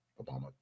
Obama